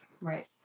Right